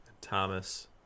Thomas